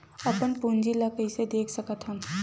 अपन पूंजी ला कइसे देख सकत हन?